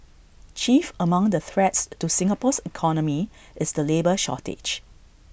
chief among the threats to Singapore's economy is the labour shortage